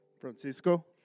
Francisco